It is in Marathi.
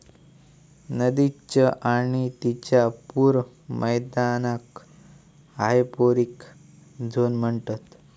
नदीच्य आणि तिच्या पूर मैदानाक हायपोरिक झोन म्हणतत